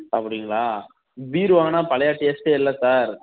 அப்படிங்களா பீர் வாங்கினா பழைய டேஸ்ட்டே இல்லை சார்